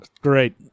Great